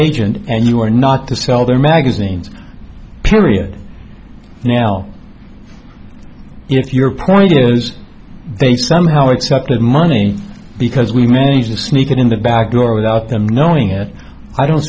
agent and you are not to sell their magazines period now you know if your point is they somehow accepted money because we managed to sneak it in the backdoor without them knowing it i don't